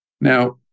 Now